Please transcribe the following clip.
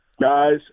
Guys